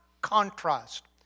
contrast